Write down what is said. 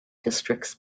districts